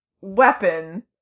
weapon